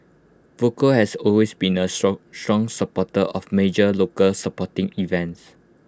Volvo has always been A strong strong supporter of major local sporting events